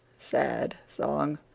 sad song.